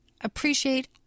appreciate